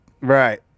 right